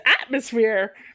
atmosphere